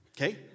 Okay